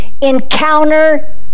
Encounter